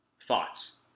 Thoughts